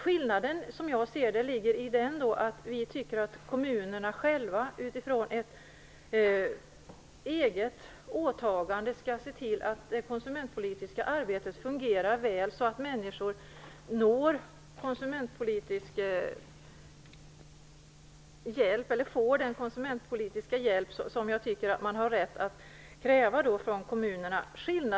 Skillnaden, som jag ser det, ligger i att vi tycker att kommunerna själva, utifrån ett eget åtagande, skall se till att det konsumentpolitiska arbetet fungerar väl, så att människor får den konsumentpolitiska hjälp från kommunerna som jag tycker att de har rätt att kräva.